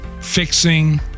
fixing